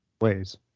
Ways